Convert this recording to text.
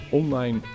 online